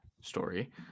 story